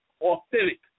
authentic